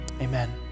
amen